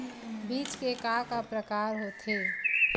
बीज के का का प्रकार होथे?